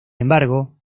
embargo